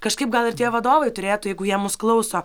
kažkaip gal ir tie vadovai turėtų jeigu jie mūsų klauso